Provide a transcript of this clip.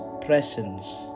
presence